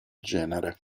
genere